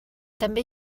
també